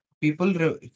people